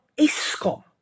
ESCOM